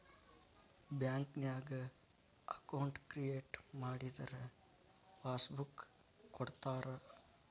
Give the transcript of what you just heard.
ಬ್ಯಾಂಕ್ನ್ಯಾಗ account create ಮಾಡಿದರ passbook ಕೊಡ್ತಾರಾ